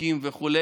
חוקים וכו',